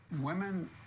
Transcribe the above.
Women